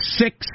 six